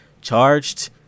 charged